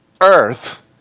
earth